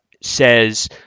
says